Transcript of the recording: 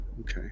Okay